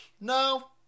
no